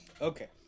okay